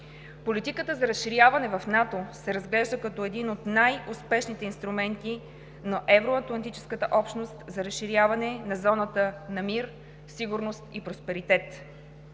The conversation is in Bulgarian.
Политиката за разширяване в НАТО се разглежда като един от най-успешните инструменти на евроатлантическата общност за разширяване на зоната на мир, сигурност и просперитет.